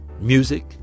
music